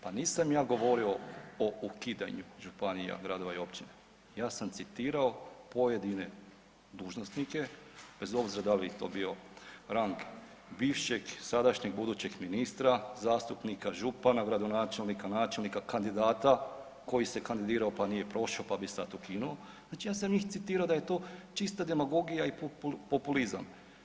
Pa nisam ja govorio o ukidanju županija, gradova i općina ja sam citirao pojedine dužnosnike, bez obzira da li to bio rang bivšeg, sadašnjeg, budućeg ministra, zastupnika, župana, gradonačelnika, načelnika kandidata koji se kandidirao pa nije prošao pa bi sada ukinuo, znači ja sam njih citirao da je to čista demagogija i populizam.